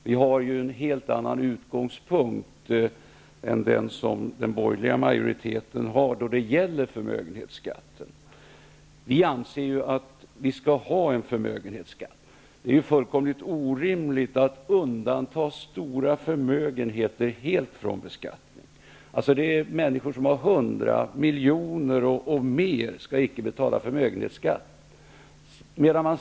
Vi har en helt annan utgångspunkt än den borgerliga majoriteten när det gäller förmögenhetsskatten. Vi anser att vi skall ha en förmögenhetsskatt. Det är orimligt att helt undanta stora förmögenheter från beskattning. Människor som äger hundra miljoner och kanske ännu mer skall således inte betala förmögenhetsskatt.